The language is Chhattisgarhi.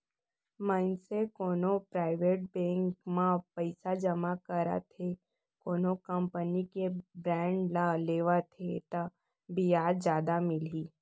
मनसे कोनो पराइवेट बेंक म पइसा जमा करत हे कोनो कंपनी के बांड ल लेवत हे ता बियाज जादा मिलही